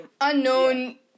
unknown